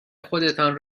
خودتان